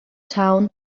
town